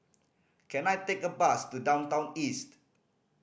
can I take a bus to Downtown East